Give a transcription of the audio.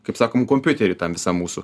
kaip sakom kompiutery tam visam mūsų